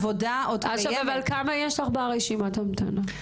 כמה יש לך ברשימת ההמתנה?